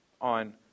on